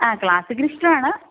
ആ ക്ലാസ്സിക്കല് ഇഷ്ടമാണ്